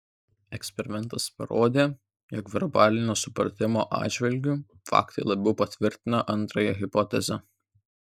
eksperimentas parodė jog verbalinio supratimo atžvilgiu faktai labiau patvirtina antrąją hipotezę